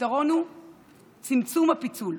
הפתרון הוא צמצום הפיצול,